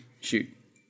shoot